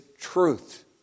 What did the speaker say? truth